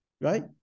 Right